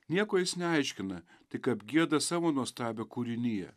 nieko jis neaiškina tik apgieda savo nuostabią kūriniją